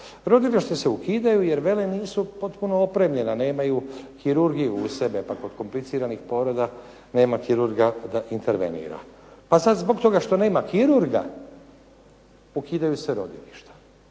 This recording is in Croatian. Rodilišta se ukidaju jer vele nisu potpuno opremljena, nemaju kirurgiju uz sebe pa kod kompliciranih poroda nema kirurga da intervenira. Pa sad zbog toga što nema kirurga ukidaju se rodilišta.